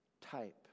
type